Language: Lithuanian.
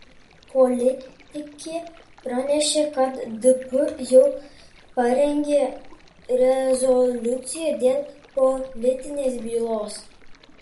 politikė pranešė kad dp jau parengė rezoliuciją dėl politinės bylos